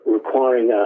requiring